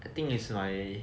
I think is my